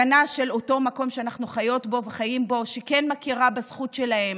הגנה של אותו מקום שאנחנו חיות בו וחיים בו שכן מכיר בזכות שלהם,